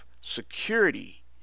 security